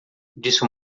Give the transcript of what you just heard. disse